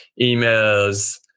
emails